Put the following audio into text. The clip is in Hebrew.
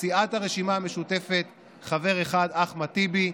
מסיעת הרשימה המשותפת חבר אחד: אחמד טיבי,